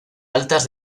altas